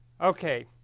Okay